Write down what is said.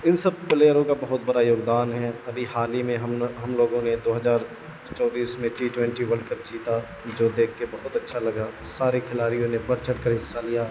ان سب پلیئروں کا بہت بڑا یوگدان ہے ابھی حال ہی میں ہم نے ہم لوگوں نے دو ہزار چوبیس میں ٹی ٹوینٹی ورلڈ کپ جیتا جو دیکھ کے بہت اچھا لگا سارے کھلاڑیوں نے بڑھ چڑھ کر حصہ لیا